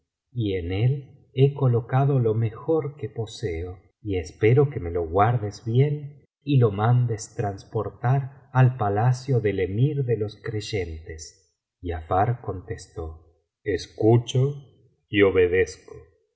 y en él he colocado lo mejor que poseo y espero que me lo guardes bien y lo mandes transportar al palacio del emir de los creyentes giafar contestó escucho y obedezco